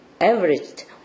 averaged